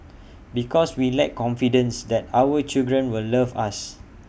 because we lack confidence that our children will love us